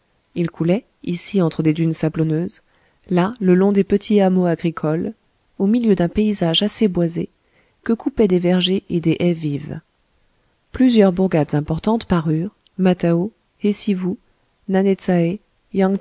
il coulait ici entre des dunes sablonneuses là le long des petits hameaux agricoles au milieu d'un paysage assez boisé que coupaient des vergers et des haies vives plusieurs bourgades importantes parurent matao